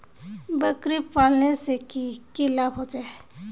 बकरी पालने से की की लाभ होचे?